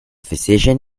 physician